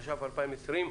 התש"ף-2020,